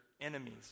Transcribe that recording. enemies